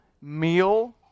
meal